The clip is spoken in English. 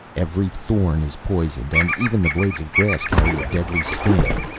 every thorn is poisoned, and even the blades of grass carry a deadly sting.